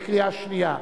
בקריאה שנייה.